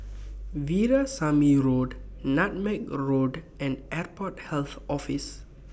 Veerasamy Road Nutmeg Road and Airport Health Office